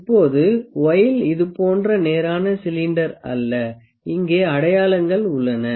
இப்போது வொயில் இது போன்ற நேரான சிலிண்டர் அல்ல இங்கே அடையாளங்கள் உள்ளன